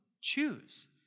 Choose